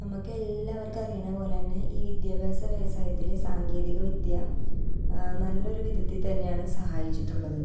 നമക്കെല്ലാവർക്കും അറിയണത് പോലന്നെ ഈ വിദ്യാഭ്യാസം വ്യവസായത്തിൽ സാങ്കേതിക വിദ്യ നല്ലൊരു വിധത്തിൽ തന്നെയാണ് സഹായിച്ചിട്ടുള്ളത്